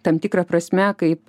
tam tikra prasme kaip